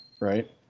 right